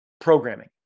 programming